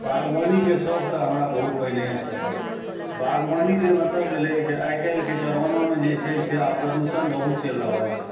बागवानीके शौक तऽ हमरा बहुत पहिनहिएसँ अइ बागवानीके मतलब भेलै जे आइािल्हिके जमानामे जे से आब प्रदूषण बहुत चलि रहल छै